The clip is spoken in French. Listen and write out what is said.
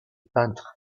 peintre